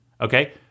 Okay